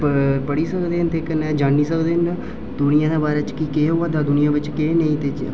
पढ़ी सकदे न कन्नै जानी सकदे न दूनिया दे बारै च कि केह् होआ दा दूनिया च केह् नेईं